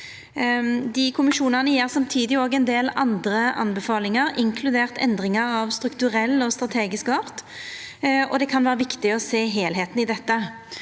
Dei kommisjonane gjev samtidig ein del andre anbefalingar, inkludert endringar av strukturell og strategisk art, og det kan vera viktig å sjå heilskapen i dette.